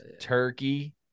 turkey